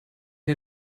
der